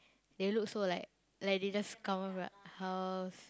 they look so like like they just come out from house